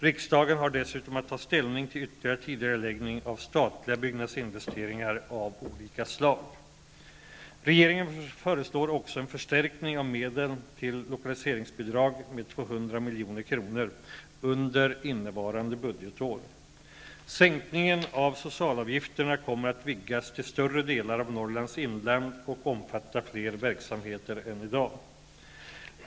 Riksdagen har dessutom att ta ställning till ytterligare tidigareläggning av statliga byggnadsinvesteringar av olika slag. Regeringen föreslår också en förstärkning av medlen till lokaliseringsbidrag med 200 milj.kr. under innevarande budgetår. Sänkningen av socialavgifterna kommer att vidgas till större delar av Norrlands inland och omfatta fler verksamheter än i dag.